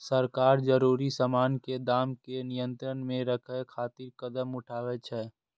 सरकार जरूरी सामान के दाम कें नियंत्रण मे राखै खातिर कदम उठाबै छै